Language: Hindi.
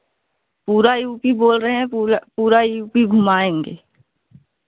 पूरा यू पी बोल रहे हैं पूरा पूरा यू पी घुमाएँगे